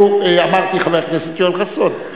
אמרתי, חבר הכנסת יואל חסון.